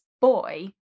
boy